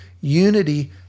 unity